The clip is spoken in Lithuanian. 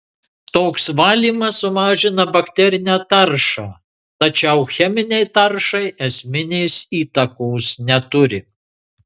toks valymas sumažina bakterinę taršą tačiau cheminei taršai esminės įtakos neturi